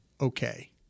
okay